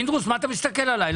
פינדרוס, מה אתה מסתכל עלי?